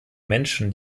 menschen